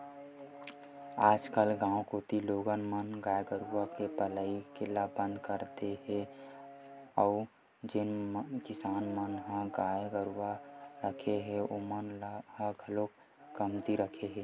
आजकल गाँव कोती लोगन मन गाय गरुवा के पलई ल बंद कर दे हे अउ जेन किसान मन ह गाय गरुवा रखे हे ओमन ह घलोक कमती रखे हे